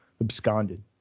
absconded